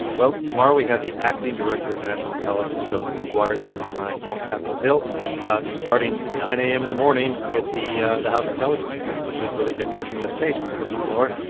well, tomorrow we have the acting director of national intelligence, joseph mcguire, testifying on capitol hill starting nine a m. in the morning with the ah the house intelligence committee, which has really been pushing this case with the whistleblower.